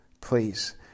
please